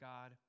God